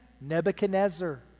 Nebuchadnezzar